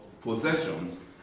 possessions